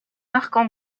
marquent